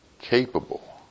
capable